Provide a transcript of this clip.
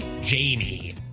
Jamie